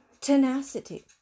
tenacity